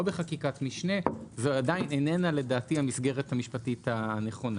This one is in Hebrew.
בחקיקת משנה - זו עדיין אינה המסגרת המשפטית הנכונה.